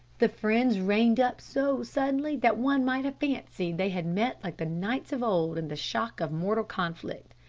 the friends reined up so suddenly, that one might have fancied they had met like the knights of old in the shock of mortal conflict.